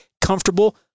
comfortable